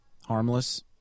harmless